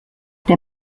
der